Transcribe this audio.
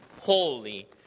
holy